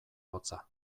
hotza